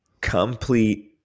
Complete